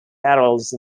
barrels